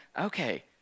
okay